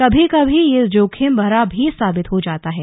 कभी कभी यह जोखिमभरा भी साबित हो जाता है